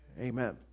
Amen